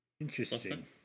Interesting